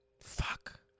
Fuck